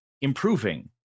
improving